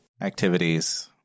Activities